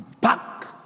back